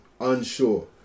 unsure